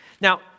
Now